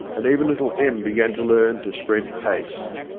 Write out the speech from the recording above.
and even little em began to learn to spread paste.